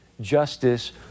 Justice